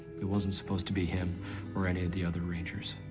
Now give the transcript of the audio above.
it wasn't supposed to be him or any of the other rangers.